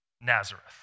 Nazareth